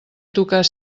tocar